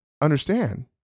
understand